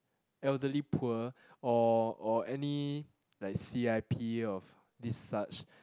elderly poor or or any like C_I_P of this such